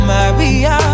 Maria